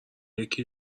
یکی